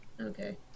Okay